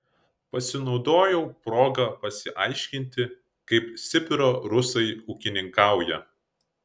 pasinaudojau proga pasiaiškinti kaip sibiro rusai ūkininkauja